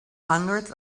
hundreds